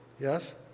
yes